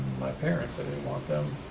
my parents, i didn't want them